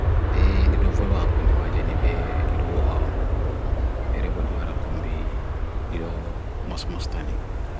E, nidoo fo luak kone maje nipe nidoo ohao, fereko nidoo harak kombi nidoo mos mos tanee.